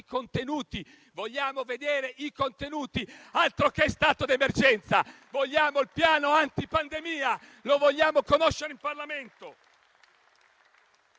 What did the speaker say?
contenuti. Vogliamo vedere i contenuti. Altro che stato d'emergenza, vogliamo il piano anti-pandemia e lo vogliamo conoscere in Parlamento.